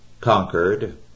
conquered